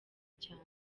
cyane